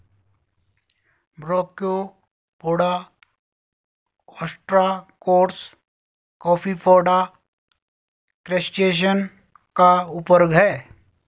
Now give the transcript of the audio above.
brachiopoda, ostracods, copepoda, crustacean का उपवर्ग है